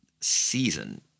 Season